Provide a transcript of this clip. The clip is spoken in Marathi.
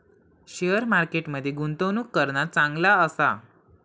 शेअर मार्केट मध्ये गुंतवणूक करणा चांगला आसा